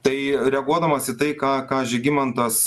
tai reaguodamas į tai ką ką žygimantas